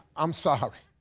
i'm sorry.